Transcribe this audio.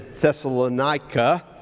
Thessalonica